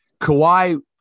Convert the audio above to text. Kawhi